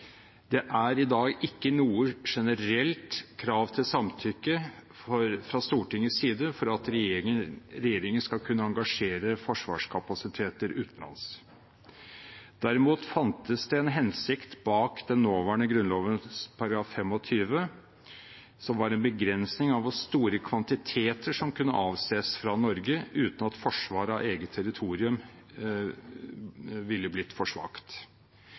Det er i dag ikke noe generelt krav til samtykke fra Stortingets side for at regjeringen skal kunne engasjere forsvarskapasiteter utenlands. Derimot fantes det en hensikt bak den nåværende § 25 i Grunnloven som var en begrensning av hvor store kvantiteter som kunne avses fra Norge uten at forsvaret av eget territorium ville bli for svakt.